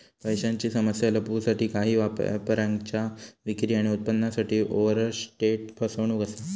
पैशांची समस्या लपवूसाठी काही व्यापाऱ्यांच्या विक्री आणि उत्पन्नासाठी ओवरस्टेट फसवणूक असा